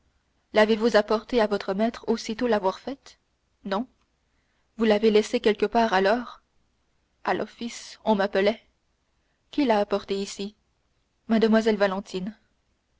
l'avez-vous apportée à votre maître aussitôt après l'avoir faite non vous l'avez laissée quelque part alors à l'office on m'appelait qui l'a apportée ici mlle valentine